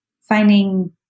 finding